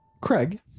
Craig